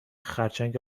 خرچنگ